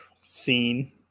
scene